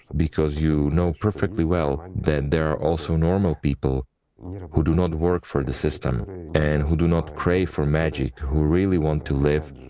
because you know perfectly well that there are also normal people who do not work for the system and who do not crave for magic, who really want to live,